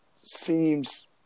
seems